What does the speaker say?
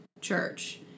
church